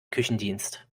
küchendienst